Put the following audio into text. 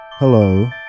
Hello